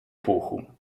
bochum